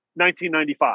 1995